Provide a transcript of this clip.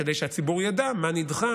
כדי שהציבור ידע מה נדחה,